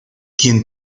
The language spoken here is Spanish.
quien